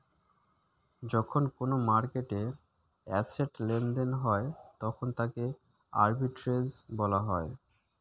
যখন কোনো মার্কেটে অ্যাসেট্ লেনদেন হয় তখন তাকে আর্বিট্রেজ বলা হয়